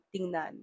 tingnan